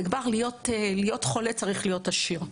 כדי להיות חולה צריך להיות עשיר.